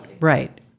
right